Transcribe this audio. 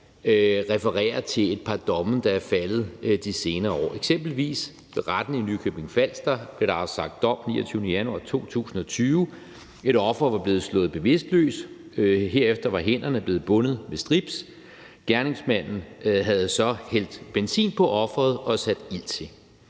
referere til et par domme, der er faldet de seneste par år. Eksempelvis blev der ved Retten i Nykøbing Falster afsagt dom den 29. januar 2020. Et offer var blevet slået bevidstløs, herefter var hænderne blevet bundet med strips. Gerningsmanden havde så hældt benzin på offeret og sat ild til.